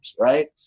right